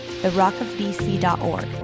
therockofbc.org